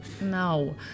No